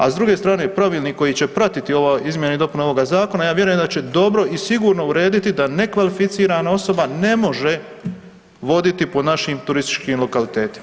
A s druge strane, pravilnik koji će pratiti izmjene i dopune ovoga zakona, ja vjerujem da će dobro i sigurno urediti da nekvalificiran osoba ne može voditi po našim turističkim lokalitetima.